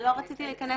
אני לא רציתי להיכנס